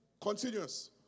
Continuous